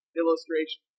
illustration